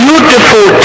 Beautiful